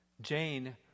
Jane